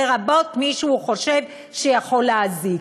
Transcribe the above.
לרבות מי שהוא חושב שיכול להזיק.